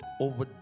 over